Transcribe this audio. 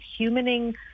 humaning